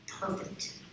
perfect